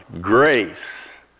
grace